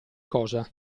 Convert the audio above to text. cosa